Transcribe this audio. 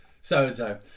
so-and-so